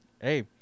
Hey